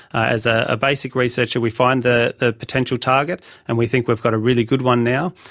as ah a basic researcher we find the the potential target and we think we've got a really good one now.